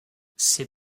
ses